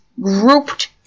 grouped